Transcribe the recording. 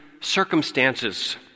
circumstances